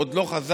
עוד לא חזר,